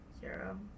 Zero